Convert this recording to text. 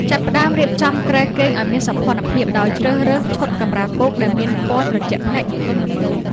ចាប់ផ្ដើមរៀបចំគ្រែគេងឱ្យមានសោភ័ណភាព ដោយជ្រើសរើសឈុតកម្រាលពូកដែលមានពណ៌ត្រជាក់ភ្នែក និងទន់ល្មើយ។